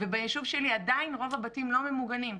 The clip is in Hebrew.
וביישוב שלי עדיין רוב הבתים לא ממוגנים,